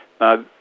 Now